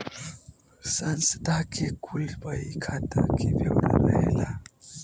संस्था के कुल बही खाता के ब्योरा रहेला